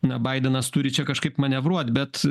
na baidenas turi čia kažkaip manevruot bet